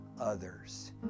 others